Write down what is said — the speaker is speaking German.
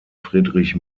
friedrich